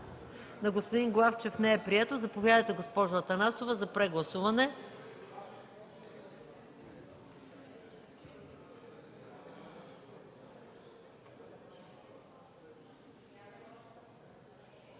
на господин Главчев не е прието. Заповядайте, госпожо Атанасова, за прегласуване.